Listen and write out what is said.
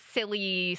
Silly